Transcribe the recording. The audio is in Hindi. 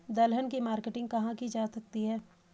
दलहन की मार्केटिंग कहाँ की जा सकती है?